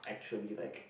actually like